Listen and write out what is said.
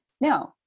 No